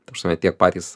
ta prasme tiek patys